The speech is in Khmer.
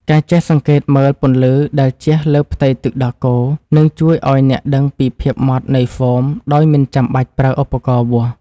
ការចេះសង្កេតមើលពន្លឺដែលជះលើផ្ទៃទឹកដោះគោនឹងជួយឱ្យអ្នកដឹងពីភាពម៉ត់នៃហ្វូមដោយមិនចាំបាច់ប្រើឧបករណ៍វាស់។